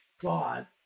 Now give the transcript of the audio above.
God